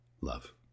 love